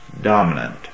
dominant